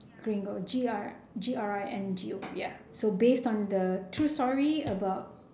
gringo G R G R I N G O ya so based on the true story about